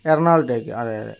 എറണാകുളത്തേക്ക് അതെ അതെ